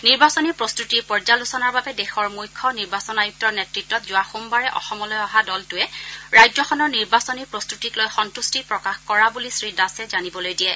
নিৰ্বাচনী প্ৰস্তুতিৰ পৰ্যালোচনাৰ বাবে দেশৰ মূখ্য নিৰ্বাচন আয়ুক্তৰ নেতত্তত যোৱা সোমবাৰে অসমলৈ অহা দলটোৱে ৰাজ্যখনৰ নিৰ্বাচনী প্ৰস্তুতিক লৈ সন্তা্টি প্ৰকাশ কৰা বুলি শ্ৰীদাসে জানিবলৈ দিয়ে